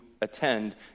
attend